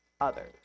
others